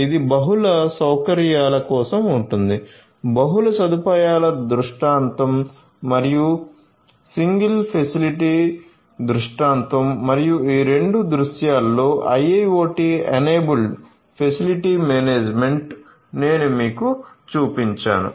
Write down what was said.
ఇది బహుళ సౌకర్యాల కోసం ఉంటుంది బహుళ సదుపాయాల దృష్టాంతం మరియు సింగిల్ ఫెసిలిటీ దృష్టాంతం మరియు ఈ రెండు దృశ్యాలలో IIoT ఎనేబుల్డ్ ఫెసిలిటీ మేనేజ్మెంట్ నేను మీకు చూపించాను